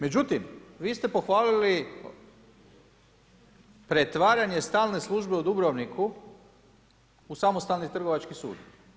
Međutim vi ste pohvalili pretvaranje stalne službe u Dubrovnik u samostalni Trgovački sud.